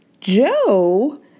Joe